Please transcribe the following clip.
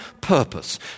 purpose